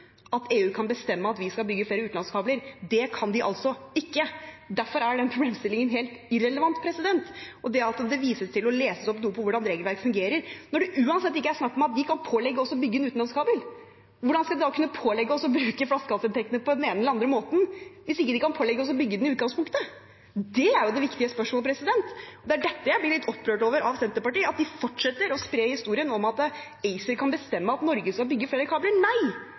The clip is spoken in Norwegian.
at EU kan bestemme at vi skal bygge flere utenlandskabler. Det kan de altså ikke. Derfor er den problemstillingen helt irrelevant. Det vises til hvordan regelverket fungerer, og når det uansett ikke er snakk om at de kan pålegge oss å bygge utenlandskabler, hvordan skal de da pålegge oss å bruke flaskehalsinntektene på den ene eller andre måten – hvis ikke de kan pålegge oss å bygge dem i utgangspunktet? Det er det viktige spørsmålet. Det er dette jeg blir litt opprørt over av Senterpartiet, at de fortsetter å spre historien om at ACER kan bestemme at Norge skal bygge flere kabler. Nei,